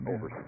Over